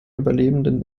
überlebenden